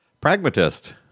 Pragmatist